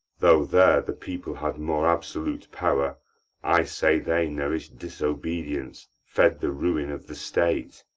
though there the people had more absolute power i say they nourish'd disobedience, fed the ruin of the state.